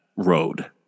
road